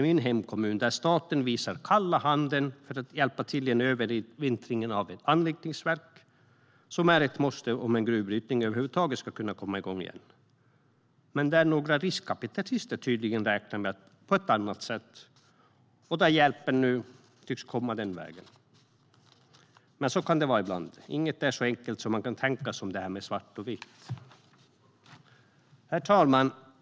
I min hemkommun, till exempel, ger staten kalla handen när det gäller att hjälpa till med övervintringen av ett anrikningsverk, som är ett måste om en gruvbrytning över huvud taget ska kunna komma igång igen. Men några riskkapitalister räknar tydligen på ett annat sätt. Hjälpen tycks nu komma den vägen, men så kan det vara ibland. Inget är så enkelt som att tänka i svart eller vitt.